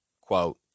quote